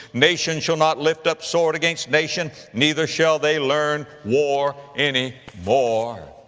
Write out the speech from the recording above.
nation shall not lift up sword against nation, neither shall they learn war any more.